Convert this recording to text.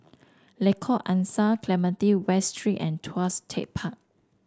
Lengkok Angsa Clementi West Street and Tuas Tech Park